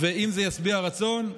אם זה ישביע רצון,